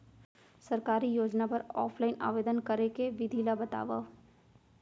सरकारी योजना बर ऑफलाइन आवेदन करे के विधि ला बतावव